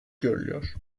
görülüyor